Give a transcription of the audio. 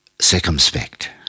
circumspect